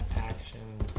action